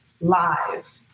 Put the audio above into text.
live